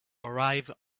arrive